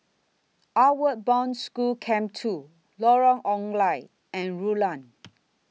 Outward Bound School Camp two Lorong Ong Lye and Rulang